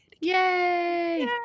Yay